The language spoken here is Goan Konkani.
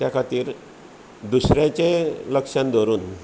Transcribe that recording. त्या खातीर दुसऱ्यांचेय लक्षांत धरुन